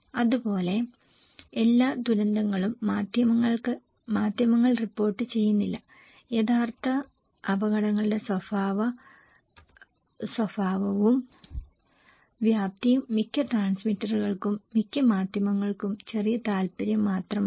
അതുപോലെ എല്ലാ ദുരന്തങ്ങളും മാധ്യമങ്ങൾ റിപ്പോർട്ട് ചെയ്യുന്നില്ല യഥാർത്ഥ അപകടങ്ങളുടെ സ്വഭാവവും വ്യാപ്തിയും മിക്ക ട്രാൻസ്മിറ്ററുകൾക്കും മിക്ക മാധ്യമങ്ങൾക്കും ചെറിയ താൽപ്പര്യം മാത്രമാണ്